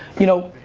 you know,